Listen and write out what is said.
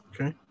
Okay